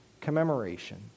commemoration